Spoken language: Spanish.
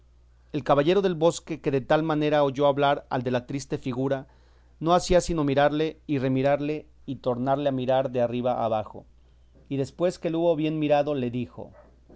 el caballero del bosque que de tal manera oyó hablar al de la triste figura no hacía sino mirarle y remirarle y tornarle a mirar de arriba abajo y después que le hubo bien mirado le dijo